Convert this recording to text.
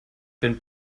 bin